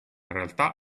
realtà